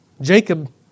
Jacob